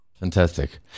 Fantastic